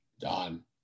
done